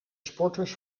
sporters